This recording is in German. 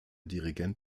dirigent